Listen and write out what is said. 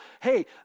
hey